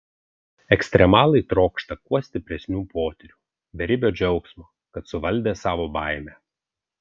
ekstremalai trokšta kuo stipresnių potyrių beribio džiaugsmo kad suvaldė savo baimę